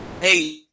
hey